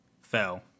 fell